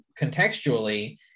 contextually